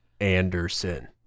Anderson